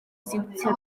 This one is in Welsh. siwtio